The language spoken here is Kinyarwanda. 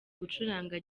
gucuranga